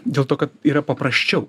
dėl to kad yra paprasčiau